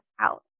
out